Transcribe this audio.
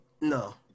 no